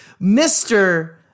Mr